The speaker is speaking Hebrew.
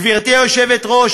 גברתי היושבת-ראש,